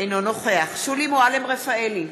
אינו נוכח שולי מועלם-רפאלי,